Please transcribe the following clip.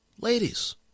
Ladies